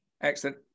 Excellent